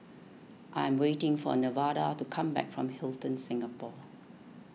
I am waiting for Nevada to come back from Hilton Singapore